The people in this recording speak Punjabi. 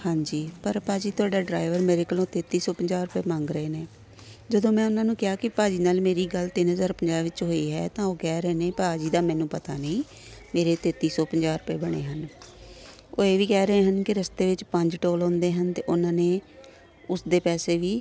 ਹਾਂਜੀ ਪਰ ਭਾਅ ਜੀ ਤੁਹਾਡਾ ਡਰਾਈਵਰ ਮੇਰੇ ਕੋਲੋਂ ਤੇਤੀ ਸੌ ਪੰਜਾਹ ਮੰਗ ਰਹੇ ਨੇ ਜਦੋਂ ਮੈਂ ਉਹਨਾਂ ਨੂੰ ਕਿਹਾ ਕਿ ਭਾਅ ਜੀ ਨਾਲ ਮੇਰੀ ਗੱਲ ਤਿੰਨ ਹਜ਼ਾਰ ਪੰਜਾਹ ਵਿੱਚ ਹੋਈ ਹੈ ਤਾਂ ਉਹ ਕਹਿ ਰਹੇ ਨੇ ਭਾਅ ਜੀ ਦਾ ਮੈਨੂੰ ਪਤਾ ਨਹੀਂ ਮੇਰੇ ਤੇਤੀ ਸੌ ਪੰਜਾਹ ਰੁਪਏ ਬਣੇ ਹਨ ਉਹ ਇਹ ਵੀ ਕਹਿ ਰਹੇ ਹਨ ਕਿ ਰਸਤੇ ਵਿੱਚ ਪੰਜ ਟੋਲ ਆਉਂਦੇ ਹਨ ਅਤੇ ਉਹਨਾਂ ਨੇ ਉਸ ਦੇ ਪੈਸੇ ਵੀ